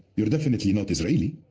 you are definitely not israeli,